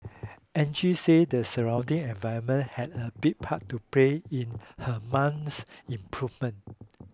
Angie said the surrounding environment had a big part to play in her mum's improvement